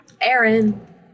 Aaron